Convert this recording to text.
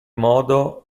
modo